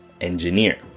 Engineer